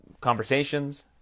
conversations